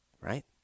right